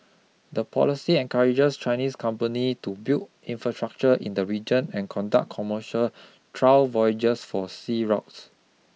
the policy encourages Chinese companies to build infrastructure in the region and conduct commercial trial voyages for sea routes